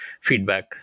feedback